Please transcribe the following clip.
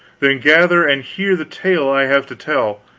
than gather and hear the tale i have to tell,